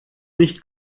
nicht